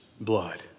blood